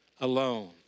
Alone